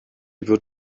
wird